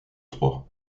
troyes